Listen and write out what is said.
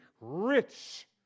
rich